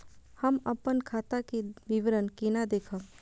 हम अपन खाता के विवरण केना देखब?